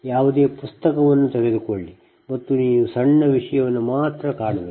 ಯಾವುದೇ ಪುಸ್ತಕವನ್ನು ತೆಗೆದುಕೊಳ್ಳಿ ಮತ್ತು ನೀವು ಈ ಸಣ್ಣ ವಿಷಯವನ್ನು ಮಾತ್ರ ಕಾಣುವಿರಿ